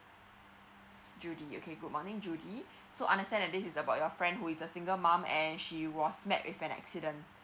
judy okay good morning judy so understand and this is about your friend who is a single mom and she was met with an accident